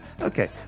Okay